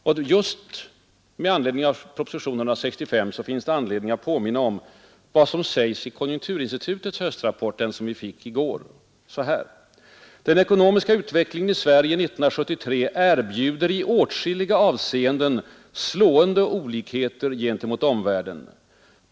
Och just propositionen 165 ger mig anledning att påminna om vad som sägs i konjunkturinstitutets höstrapport, som vi fick i går: ”Den ekonomiska utvecklingen i Sverige 1973 erbjuder i åtskilliga avseenden slående olikheter gentemot omvärlden.